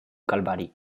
calvari